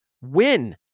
win